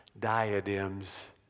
diadems